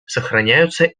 сохраняются